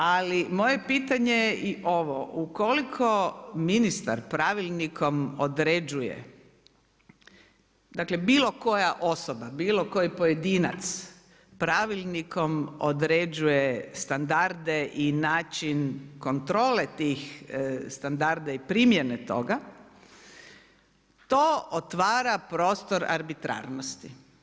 Ali moje pitanje je i ovo, ukoliko ministar pravilnikom određuje, dakle bilo koja osoba, bilo koji pojedinac pravilnikom određuje standarde i način kontrole tih standarda i primjene toga to otvara prostor arbitrarnosti.